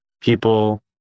people